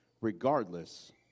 regardless